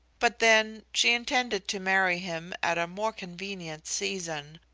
but then, she intended to marry him at a more convenient season,